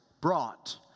brought